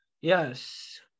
yes